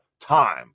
time